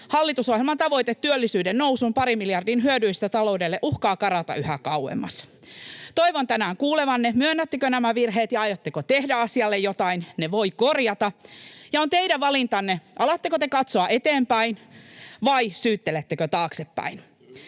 Hallitusohjelman tavoite työllisyyden nousun parin miljardin hyödyistä taloudelle uhkaa karata yhä kauemmas. [Juha Mäenpää: Tyhjä paperi!] Toivon tänään kuulevani, myönnättekö nämä virheet ja aiotteko tehdä asialle jotain. Ne voi korjata, ja on teidän valintanne, alatteko te katsoa eteenpäin vai syyttelettekö taaksepäin.